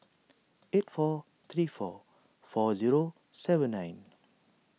eight four three four four zero seven nine